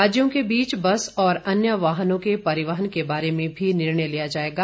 राज्यों के बीच बस और अन्य वाहनों के परिवहन के बारे में भी निर्णय लिया जाएगा